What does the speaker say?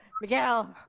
Miguel